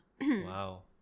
Wow